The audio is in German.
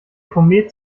komet